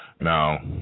now